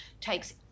takes